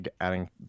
adding